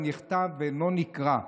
הנכתב ואינו נקרא,